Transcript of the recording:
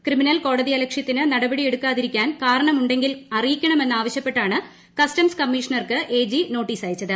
criminal കോടതിയലക്ഷ്യത്തിന് നടപടിയെടുക്കാതിരിക്കാൻ കാരണമുണ്ടെങ്കിൽ അറിയിക്കണമെന്ന് ആവശ്യപ്പെട്ടാണ് കസ്റ്റംസ് കമ്മീഷണർക്ക് എജി നോട്ടീസയച്ചത്